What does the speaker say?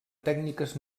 tècniques